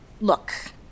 Look